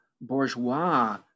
bourgeois